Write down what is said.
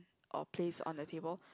or place on the table